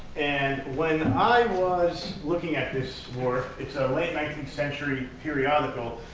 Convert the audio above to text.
and when i was looking at this work it's a late nineteenth century periodical,